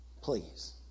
Please